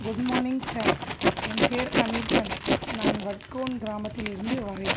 good morning sir என் பெயர் அனிர்பன் நான் வட்கோன் கிராமத்தில் இருந்து வரேன்